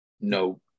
no